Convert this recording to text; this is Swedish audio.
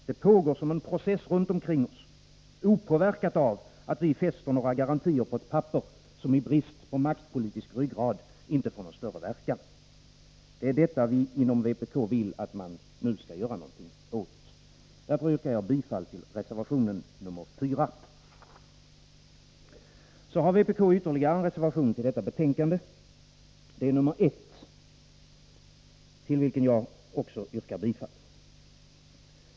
Det pågår som en process runt omkring oss, opåverkat av att vi fäster några garantier på ett papper, som i brist på maktpolitisk ryggrad inte får någon större verkan. Det är detta som vi inom vpk vill att man nu skall göra något åt. Därför yrkar jag bifall till reservation 4. Vpk har ytterligare en reservation till detta betänkande, nr 1, till vilken jag också yrkar bifall.